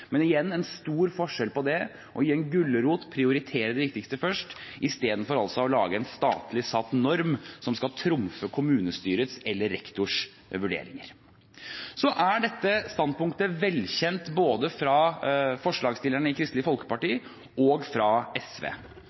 Men igjen – det er stor forskjell på å gi en gulrot og prioritere det viktigste først og det å lage en statlig satt norm som skal trumfe kommunestyrets eller rektors vurderinger. Dette standpunktet er velkjent, både fra forslagsstillerne i Kristelig Folkeparti og fra SV.